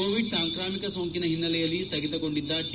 Covid ಸಾಂಕ್ರಾಮಿಕ ಸೋಂಕಿನ ಹಿನ್ನೆಲೆಯಲ್ಲಿ ಸ್ಹಗಿತಗೊಂಡಿದ್ದ ಟ